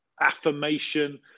affirmation